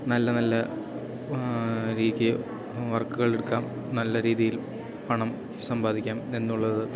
നല്ല നല്ല രീതി വർക്കുകളെടുക്കാം നല്ല രീതിയിൽ പണം സമ്പാദിക്കാം എന്നുള്ളത്